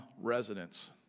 residents